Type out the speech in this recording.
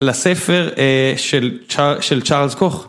לספר של צ'ארלס קוך.